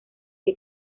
que